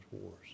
wars